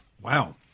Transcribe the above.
Wow